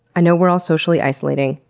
i know we're all socially isolating.